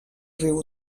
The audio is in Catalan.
riu